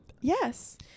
Yes